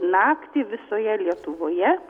naktį visoje lietuvoje